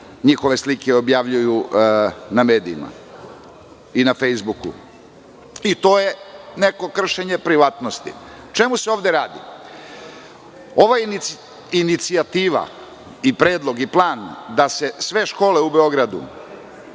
njihove slike objavljuju na medijima i na fejsbuku. I to je neko kršenje privatnosti.O čemu se ovde radi? Ova inicijativa, predlog i plan da se sve škole u Beogradu